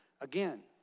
again